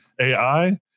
AI